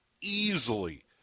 easily